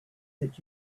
that